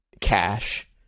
cash